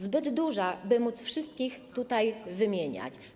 Zbyt duża, by móc wszystkich tutaj wymienić.